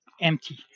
empty